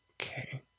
Okay